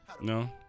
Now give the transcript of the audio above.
No